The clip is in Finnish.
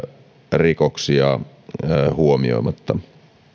rikoksia huomioimatta